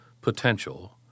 potential